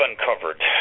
uncovered